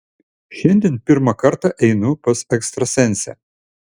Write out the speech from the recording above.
šiandien pirmą kartą einu pas ekstrasensę